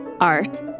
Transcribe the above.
art